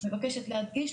מבקשת להדגיש,